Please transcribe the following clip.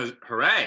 Hooray